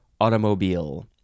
automobile